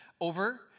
over